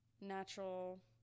natural